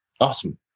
Awesome